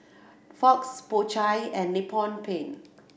Fox Po Chai and Nippon Paint